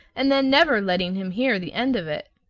and then never letting him hear the end of it.